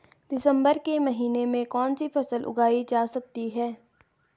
दिसम्बर के महीने में कौन सी फसल उगाई जा सकती है?